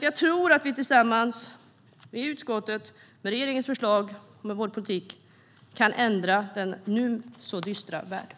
Jag tror att vi tillsammans i utskottet med regeringens förslag och vår politik kan ändra den nu så dystra världen.